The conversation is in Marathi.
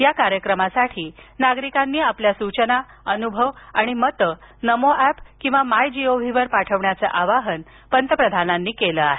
या कार्यक्रमासाठी नागरिकांनी आपल्या सूचना अनुभव आणि मतं नमो ऍप किंवा माय जी ओ व्ही वर पाठवण्याचं आवाहन पंतप्रधानांनी केलं आहे